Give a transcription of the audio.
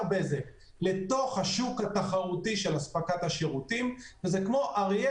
בזק לתוך השוק התחרותי של אספקת השירותים וזה כמו אריה